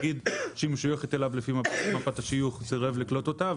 ואז להגיד שהתאגיד שאליו היא משויכת לפי מפת השיוך סירב לקלוט אותה,